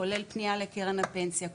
כולל פנייה לקרן הפנסיה,